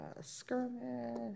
Skirmish